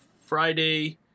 Friday